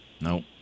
No